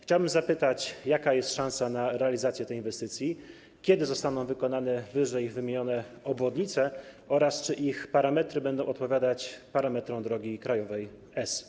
Chciałbym zapytać, jaka jest szansa na realizację tej inwestycji, kiedy zostaną wykonane ww. obwodnice oraz czy ich parametry będą odpowiadać parametrom drogi krajowej S?